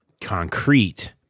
concrete